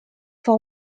for